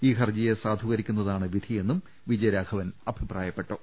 ഈ ഹർജിയെ സാധൂകരിക്കുന്നതാണ് വിധിയെന്നും വിജയരാഘവൻ അഭിപ്രായപ്പെട്ടു